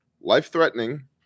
Life-threatening